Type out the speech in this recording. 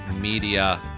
media